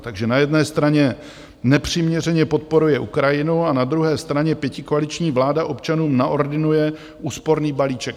Takže na jedné straně nepřiměřeně podporuje Ukrajinu a na druhé straně pětikoaliční vláda občanům naordinuje úsporný balíček.